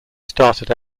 started